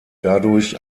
dadurch